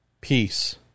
peace